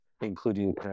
including